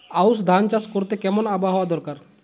আউশ ধান চাষ করতে কেমন আবহাওয়া দরকার?